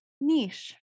niche